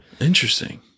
Interesting